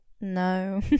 No